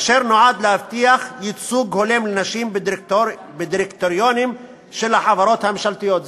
אשר נועד להבטיח ייצוג הולם לנשים בדירקטוריונים של החברות הממשלתיות.